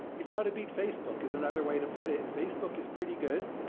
you've got to beat facebook is another way to put it. facebook is pretty good.